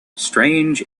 strange